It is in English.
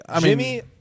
Jimmy